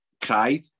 cried